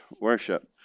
worship